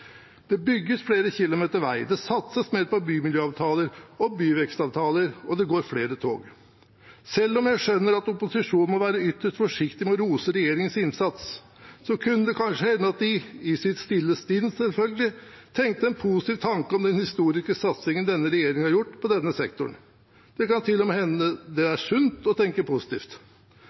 Det bygges flere kilometere med vei, det satses mer på bymiljøavtaler og byvekstavtaler, og det går flere tog. Selv om jeg skjønner at opposisjonen må være ytterst forsiktig med å rose regjeringens innsats, kunne det kanskje hende at de – i sitt stille sinn, selvfølgelig – tenkte en positiv tanke om den historiske satsingen denne regjeringen har gjort på denne sektoren. Det kan til og med hende at det er sunt å tenke positivt.